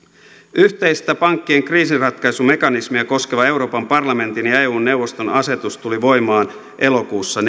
yhteistä pankkien kriisiratkaisumekanismia koskeva euroopan parlamentin ja eu neuvoston asetus tuli voimaan elokuussa